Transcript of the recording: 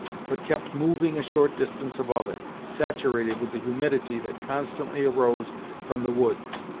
but kept moving a short distance above it, saturated with the humidity that constantly arose from the woods,